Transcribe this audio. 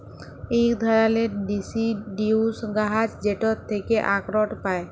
ইক ধারালের ডিসিডিউস গাহাচ যেটর থ্যাকে আখরট পায়